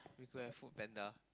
who don't have FoodPanda